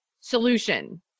solution